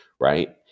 Right